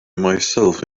myself